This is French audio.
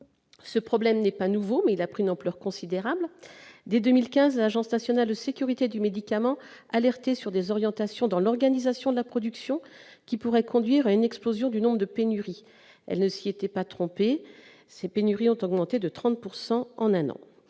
Ce problème n'est pas nouveau, mais il a pris une ampleur considérable. Dès 2015, l'Agence nationale de sécurité du médicament et des produits de santé alertait sur des orientations dans l'organisation de la production qui pourraient conduire à une explosion du nombre de pénuries. Elle ne s'était pas trompée : les pénuries ont augmenté de 30 % en un an.